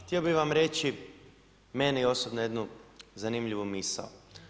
Htio bih vam reći meni osobno jednu zanimljivu misao.